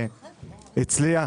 שהצליח